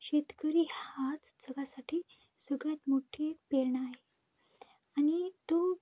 शेतकरी हाच सगळ्यासाठी सगळ्यात मोठी प्रेरणा आहे आणि तो